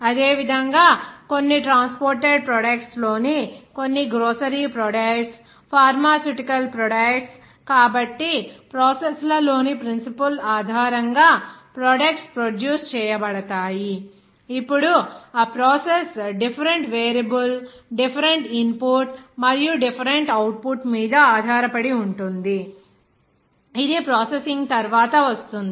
అదే విధంగా కొన్ని ట్రాన్స్పోర్టేడ్ ప్రొడక్ట్స్ లోని కొన్ని గ్రోసరీ ప్రొడక్ట్స్ ఫార్మాస్యూటికల్ ప్రొడక్ట్స్ కాబట్టి ప్రాసెస్ ల లోని ప్రిన్సిపుల్ ఆధారంగా ప్రొడక్ట్స్ ప్రొడ్యూస్ చేయబడతాయి ఇప్పుడు ఆ process different variable different input మరియు అవుట్పుట్ మీద ఆధారపడి ఉంటుంది ఇది ప్రాసెసింగ్ తర్వాత వస్తుంది